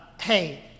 hey